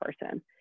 person